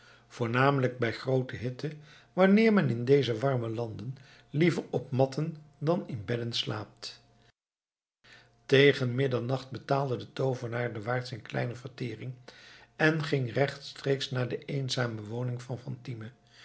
voornamelijk bij groote hitte wanneer men in deze warme landen liever op matten dan in bedden slaapt tegen middernacht betaalde de toovenaar den waard zijn kleine vertering en ging rechtstreeks naar de eenzame woning van fatime